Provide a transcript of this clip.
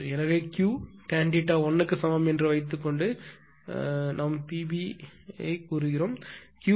எனவே இது Q Tan θ1 க்கு சமம் என்று வைத்துக்கொண்டு PB என்று சொல்லுங்கள்